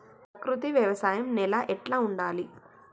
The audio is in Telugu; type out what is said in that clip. ప్రకృతి వ్యవసాయం నేల ఎట్లా ఉండాలి?